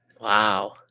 Wow